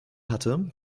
hatte